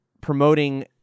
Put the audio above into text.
promoting